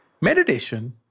Meditation